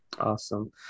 awesome